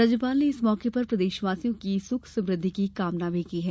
राज्यपाल ने इस मौके पर प्रदेशवासियों की सुख समृद्धि की कामना की है